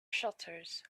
shutters